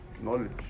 knowledge